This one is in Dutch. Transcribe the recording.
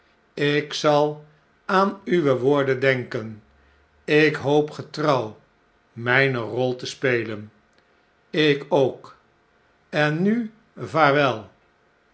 ik zal aan uwe woorden denken ik hoop getrouw mjne rol te spelen ik ook en nu vaarwel